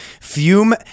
Fume